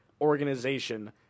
organization